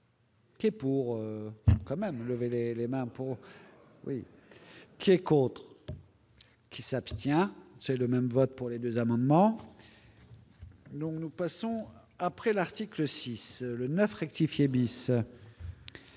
C'est pour quand même l'élément pour qui est contre qui s'abstient, c'est le même vote pour les 2 amendements. Donc nous passons après l'article 6 le 9 rectifier bis.